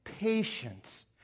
patience